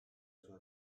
sua